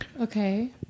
Okay